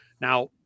Now